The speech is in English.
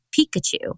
Pikachu